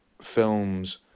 films